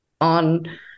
on